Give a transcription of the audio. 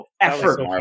effort